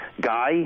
guy